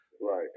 Right